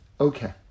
Okay